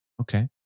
Okay